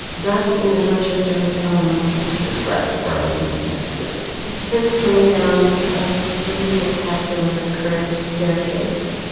that's in the dorchester hotel in london describe it for our listeners that can't see it it's prince coming down a really spectacular curved staircase.